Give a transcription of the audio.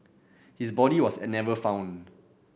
his body was never found